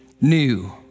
New